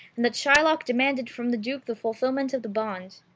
and that shylock demanded from the duke the fulfilment of the bond,